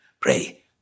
Pray